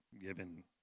given